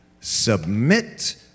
submit